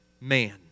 man